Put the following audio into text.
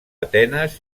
atenes